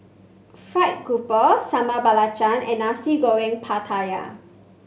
fried grouper Sambal Belacan and Nasi Goreng Pattaya